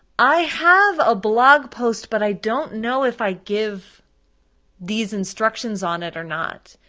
i have a blog post, but i don't know if i give these instructions on it or not.